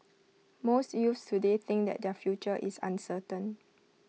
most youths today think that their future is uncertain